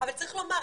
אבל צריך לומר,